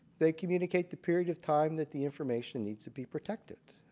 they communicate the period of time that the information needs to be protected